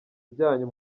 byanyu